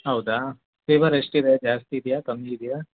ಹೌದಾ ಫೀವರ್ ಎಷ್ಟು ಇದೆ ಜಾಸ್ತಿ ಇದೆಯಾ ಕಮ್ಮಿ ಇದೆಯಾ